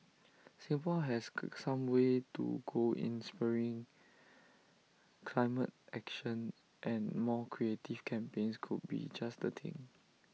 Singapore has some way to go in spurring climate action and more creative campaigns could be just the thing